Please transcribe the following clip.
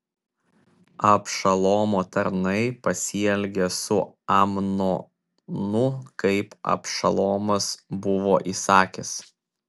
abšalomo tarnai pasielgė su amnonu kaip abšalomas buvo įsakęs